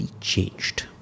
changed